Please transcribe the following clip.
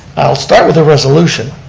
i'll start with the resolution.